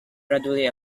gradually